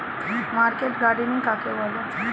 Market gardening কাকে বলে?